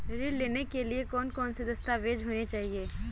ऋण लेने के लिए कौन कौन से दस्तावेज होने चाहिए?